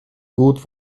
gut